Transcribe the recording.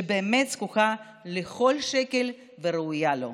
שבאמת זקוקה לכל שקל וראויה לו.